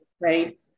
Right